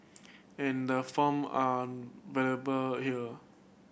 and the form are available here